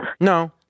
No